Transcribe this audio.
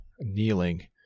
kneeling